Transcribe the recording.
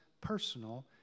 personal